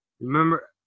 Remember